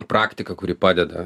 praktika kuri padeda